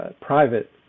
private